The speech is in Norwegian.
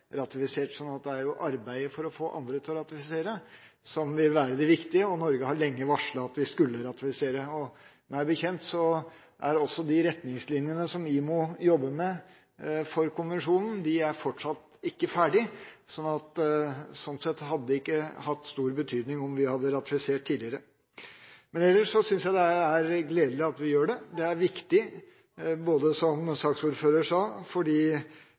ratifisert. Så det er arbeidet for å få andre til å ratifisere som vil være det viktige, og Norge har lenge varslet at vi skulle ratifisere. Meg bekjent er de retningslinjene som IMO jobber med når det gjelder konvensjonen, fortsatt ikke ferdige, så slik sett hadde det ikke hatt stor betydning om vi hadde ratifisert tidligere. Ellers synes jeg det er gledelig at vi gjør det. Det er viktig, som saksordføreren sa, fordi